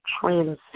transition